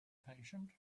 patient